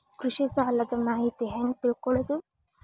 ಕೃಷಿ ಸಾಲದ ಮಾಹಿತಿ ಹೆಂಗ್ ತಿಳ್ಕೊಳ್ಳೋದು?